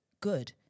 good